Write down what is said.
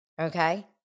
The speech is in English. Okay